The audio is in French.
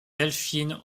delphine